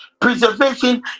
preservation